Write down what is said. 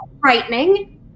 Frightening